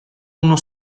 uno